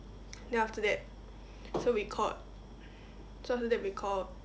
then after that so we called so after that we called